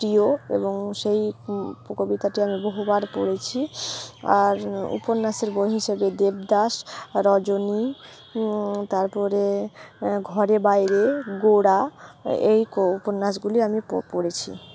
প্রিয় এবং সেই কবিতাটি আমি বহুবার পড়েছি আর উপন্যাসের বই হিসেবে দেবদাস রজনী তারপরে ঘরে বাইরে গোড়া এই উপন্যাসগুলি আমি পড়েছি